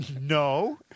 no